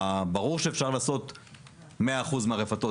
ברור שאפשר לעשות סקר של 100% מהרפתות,